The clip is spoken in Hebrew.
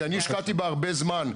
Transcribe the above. כי אני השקעתי בה הרבה זמן.